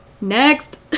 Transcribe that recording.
Next